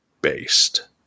based